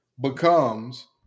becomes